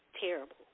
Terrible